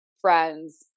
friends